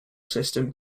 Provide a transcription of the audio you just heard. system